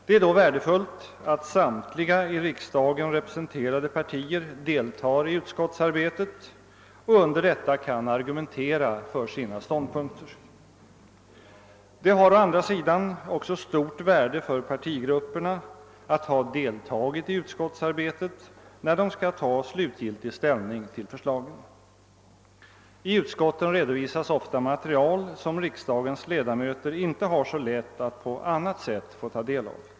Det är då värdefullt att samtliga i riksdagen representerade partier deltar i utskottsarbetet och under detta kan argumentera för sina ståndpunkter. Det har å andra sidan stort värde för partigrupperna att ha deltagit i utskottsarbetet, när riksdagen skall ta slutgiltig ställning till förslagen. I utskotten redovisas ofta material som riksdagens ledamöter inte har så lätt att på annat sätt få del av.